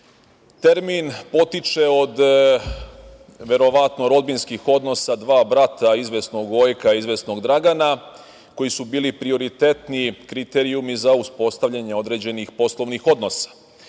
potiče od verovatno rodbinskih odnosa dva brata izvesnog Gojka, izvesnog Dragana koji su bili prioritetni kriterijumi za uspostavljanje određenih poslovnih odnosa.